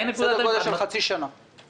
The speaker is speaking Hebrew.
סדר גודל של חצי שנה.